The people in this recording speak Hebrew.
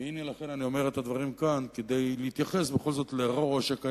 והנה לכן אני אומר את הדברים כאן כדי להתייחס בכל זאת למה שקיים,